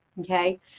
okay